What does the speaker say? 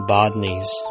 Bodneys